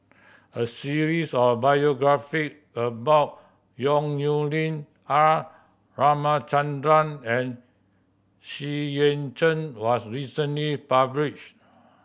a series of biography about Yong Nyuk Lin R Ramachandran and Xu Yuan Zhen was recently published